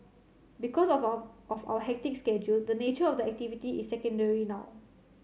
because of our of our hectic schedule the nature of the activity is secondary now